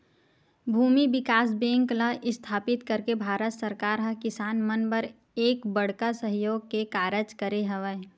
भूमि बिकास बेंक ल इस्थापित करके भारत सरकार ह किसान मन बर एक बड़का सहयोग के कारज करे हवय